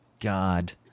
God